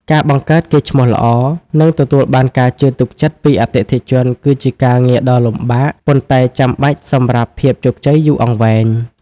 ការបង្កើតកេរ្តិ៍ឈ្មោះល្អ និងទទួលបានការជឿទុកចិត្តពីអតិថិជនគឺជាការងារដ៏លំបាក ប៉ុន្តែចាំបាច់សម្រាប់ភាពជោគជ័យយូរអង្វែង។